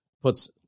puts